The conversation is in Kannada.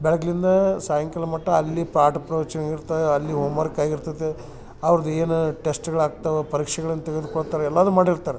ಬೆಳಗ್ಲಿಂದ ಸಾಯಂಕಾಲ ಮಟ್ಟ ಅಲ್ಲಿ ಪಾಠ ಪ್ರವಚನಗಳು ಇರ್ತವೆ ಅಲ್ಲಿ ಹೋಮ್ವರ್ಕ್ ಆಗಿರ್ತೈತೆ ಅವ್ರ್ದ ಏನು ಟೆಸ್ಟ್ಗಳು ಆಗ್ತವ ಪರೀಕ್ಷೆಗಳನ್ನ ತೆಗೆದ್ಕೊಳ್ತಾರ ಎಲ್ಲದು ಮಾಡಿರ್ತಾರೆ